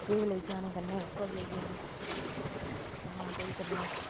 बच्चे बी लेई जाने कन्ने ओह्का बी लेई जाना स्याना कोई कन्नै